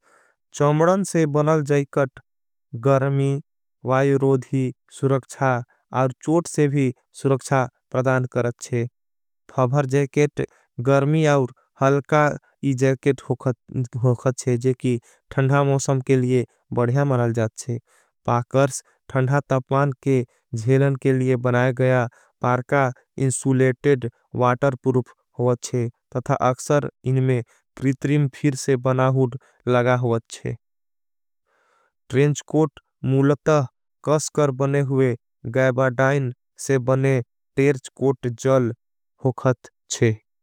चम्डन से बनल जैकेट गर्मी वायोरोधी सुरक्षा और चोट। से भी सुरक्षा प्रदान करते हैं फभर जैकेट गर्मी और हलका। जैकेट होखते हैं जैकि थंदा मौसम के लिए बढ़िया मनल। जाते हैं पाकर्स थंदा तपान के जेलन के लिए बनाए गया। पारका इंसूलेटेड वाटर पुरुफ होखते हैं तथा अक्षर इनमें। प्रित्रिम फीर से बनाओड लगा होखते हैं ट्रेंज कोट मूलत। कसकर बने हुए गैबाडाइन से बने टेर्च कोट जल होखत थे।